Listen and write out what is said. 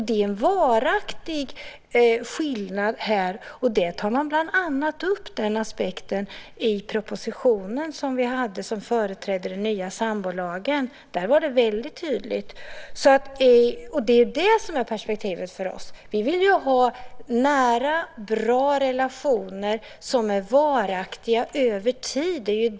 Det är en varaktig skillnad, och den aspekten togs upp i den proposition som föregick den nya sambolagen. Det är det som är perspektivet för oss. Vi vill ha nära, bra relationer som är varaktiga över tid.